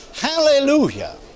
Hallelujah